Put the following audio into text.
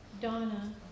Donna